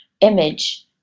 image